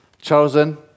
chosen